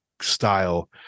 style